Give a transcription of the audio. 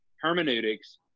hermeneutics